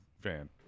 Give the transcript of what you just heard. fan